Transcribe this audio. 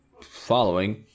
following